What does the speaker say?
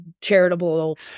charitable